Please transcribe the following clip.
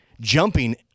jumping